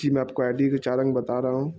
جی میں آپ کو آئی ڈی کے چارنگ بتا رہا ہوں